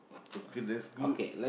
okay that's good